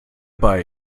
bei